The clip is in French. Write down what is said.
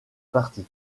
parti